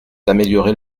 d’améliorer